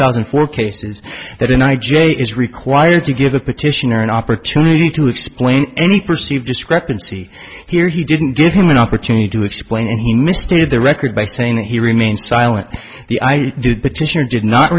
thousand and four cases that an i j is required to give a petitioner an opportunity to explain any perceived discrepancy here he didn't give him an opportunity to explain and he misstated the record by saying that he remained silent the i did petitioner did not